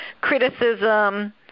criticism